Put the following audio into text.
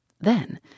Then